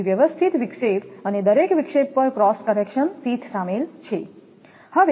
તેથી વ્યવસ્થિત વિક્ષેપ અને દરેક વિક્ષેપ પર ક્રોસ કનેક્શન શીથ શામેલ છે